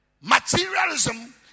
materialism